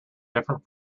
different